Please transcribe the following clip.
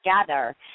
together